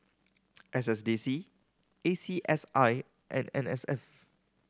S S D C A C S I and N S F